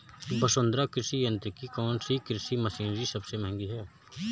वसुंधरा कृषि यंत्र की कौनसी कृषि मशीनरी सबसे महंगी है?